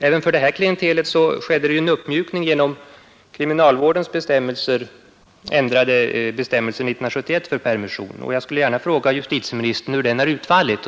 Även för detta klientel skedde ju en uppmjukning genom ändringen år 1971 av bestämmelserna för permission inom kriminalvården. Jag vill fråga justitieministern hur denna ändring har utfallit.